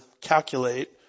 calculate